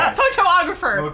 photographer